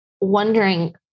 wondering